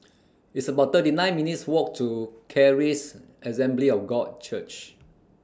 It's about thirty nine minutes' Walk to Charis Assembly of God Church